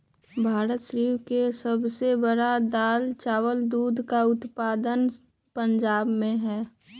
भारत विश्व के सब से बड़ दाल, चावल, दूध, जुट आ कपास के उत्पादक हई